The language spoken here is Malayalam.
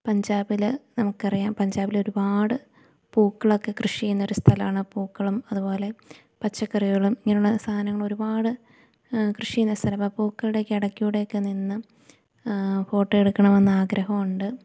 പഞ്ചാബില് നമുക്ക് അറിയാം പഞ്ചാബിൽ ഒരുപാട് പൂക്കളൊക്കെ കൃഷി ചെയ്യുന്നൊരു സ്ഥലമാണ് പൂക്കളും അതുപോലെ പച്ചക്കറികളും ഇങ്ങനെയുള്ള സാധനങ്ങൾ ഒരുപാട് കൃഷി ചെയ്യുന്ന സ്ഥലം ആ പൂക്കളുടേക്കെ എടയ്ക്കൂടേക്കെ നിന്ന് ഫോട്ടോ എടുക്കണം എന്ന് ആഗ്രഹം ഉണ്ട്